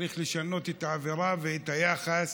צריך לשנות את האווירה ואת היחס